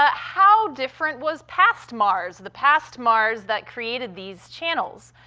ah how different was past mars, the past mars that created these channels?